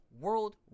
World